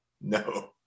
No